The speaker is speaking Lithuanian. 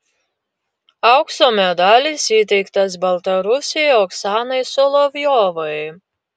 aukso medalis įteiktas baltarusei oksanai solovjovai